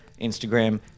Instagram